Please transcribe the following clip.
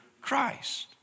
Christ